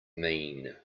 mean